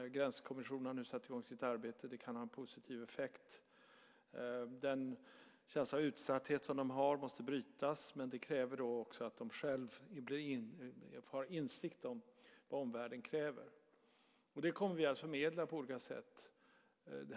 Gränskommissionen har nu satt i gång sitt arbete. Det kan ha en positiv effekt. Den känsla av utsatthet som de har måste brytas, men det kräver också att de själva har insikt om vad omvärlden kräver. Det kommer vi att förmedla på olika sätt.